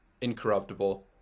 incorruptible